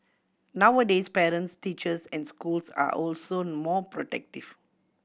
nowadays parents teachers and schools are also more protective